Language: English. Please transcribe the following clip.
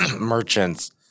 merchants